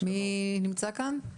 מי נמצא כאן?